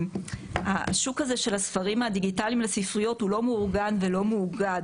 השוק הזה של הספרים הדיגיטליים לספריות הוא לא מאורגן ולא מאוגד,